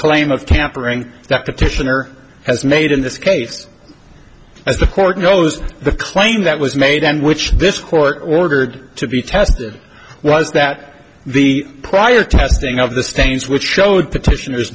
claim of tampering that petitioner has made in this case as the court knows the claim that was made and which this court ordered to be tested was that the prior testing of the stains which showed petitioners